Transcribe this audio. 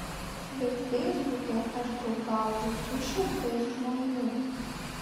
bet feisbuke aš draugauju su šimtais žmonių